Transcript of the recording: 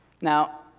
Now